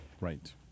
right